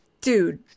dude